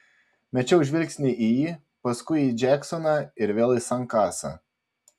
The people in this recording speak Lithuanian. mečiau žvilgsnį į jį paskui į džeksoną ir vėl į sankasą